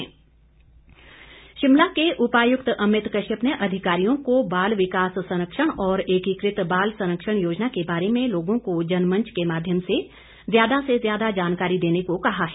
DC Shimla Shimla के उपायुक्त अमित कश्यप ने अधिकारियों को बाल विकास संरक्षण और एकीकृत बाल संरक्षण योजना के बारे में लोगों को जनमंच के माध्यम से ज्यादा से ज्यादा जानकारी देने को कहा है